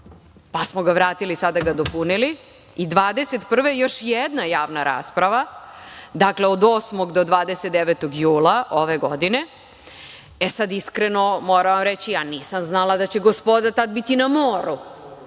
pa smo ga vratili, sada ga dopunili, i 2021. godine još jedna javna rasprava. Dakle, od 8. do 29. jula ove godine. E, sad, iskreno, moram vam reći da nisam znala da će gospoda tad biti na moru.